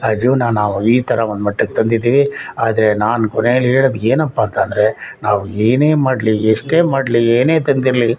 ಜೀವನ ನಾವು ಈ ಥರ ಒಂದು ಮಟ್ಟಕ್ಕೆ ತಂದಿದ್ದೀವಿ ಆದರೆ ನಾನು ಕೊನೇಲಿ ಹೇಳೋದು ಏನಪ್ಪ ಅಂತ ಅಂದ್ರೆ ನಾವು ಏನೇ ಮಾಡಲಿ ಎಷ್ಟೇ ಮಾಡಲಿ ಏನೇ ತಂದಿರಲಿ